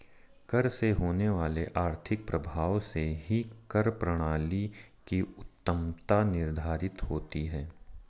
कर से होने वाले आर्थिक प्रभाव से ही कर प्रणाली की उत्तमत्ता निर्धारित होती है